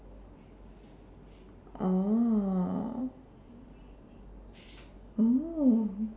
oh oo